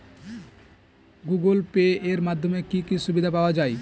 Google Pay এর মাধ্যমে কি কি সুবিধা পাওয়া যায়?